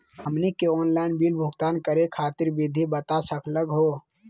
हमनी के online bill भुगतान करे खातीर विधि बता सकलघ हो?